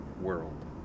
world